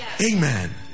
Amen